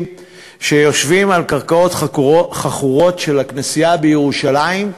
שיושבים על קרקעות חכורות של הכנסייה בירושלים.